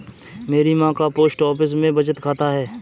मेरी मां का पोस्ट ऑफिस में बचत खाता है